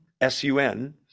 S-U-N